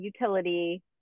utility